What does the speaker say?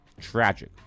Tragic